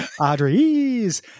Audrey's